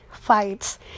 fights